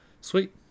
Sweet